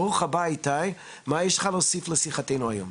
ברוך הבא איתי, מה יש לך להוסיף לשיחתנו היום?